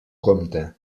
compte